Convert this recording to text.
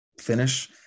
finish